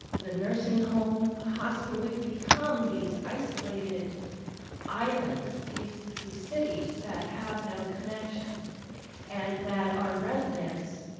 the nursing home, hospital, we become these isolated islands, these these cities that have no connection and that our residents,